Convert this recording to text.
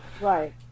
Right